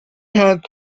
had